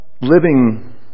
living